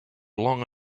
long